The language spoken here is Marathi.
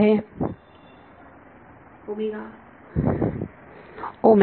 विद्यार्थी